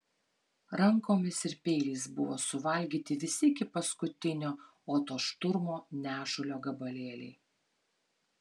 rankomis ir peiliais buvo suvalgyti visi iki paskutinio oto šturmo nešulio gabalėliai